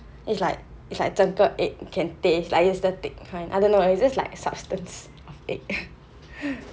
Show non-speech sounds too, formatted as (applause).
it's like it's like 整个 egg can taste like it's the thick kind I don't know leh it's just like substance of egg (breath)